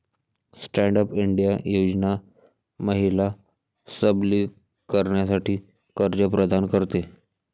stand up India योजना महिला सबलीकरणासाठी कर्ज प्रदान करते